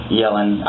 yelling